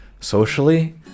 socially